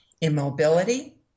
immobility